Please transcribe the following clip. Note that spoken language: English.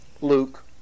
Luke